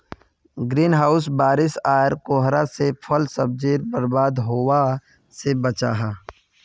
green house बारिश आर कोहरा से फल सब्जिक बर्बाद होवा से बचाहा